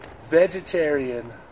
Vegetarian